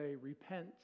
repent